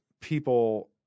people